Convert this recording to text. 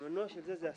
המנוע של זה הוא הסתה.